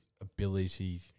ability